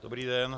Dobrý den.